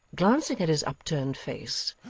glancing at his upturned face,